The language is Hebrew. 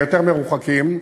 היותר-מרוחקים,